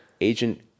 Agent